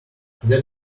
that